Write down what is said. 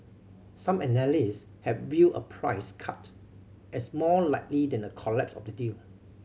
some analysts had viewed a price cut as more likely than a collapse of the deal